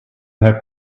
have